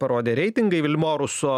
parodė reitingai vilmoruso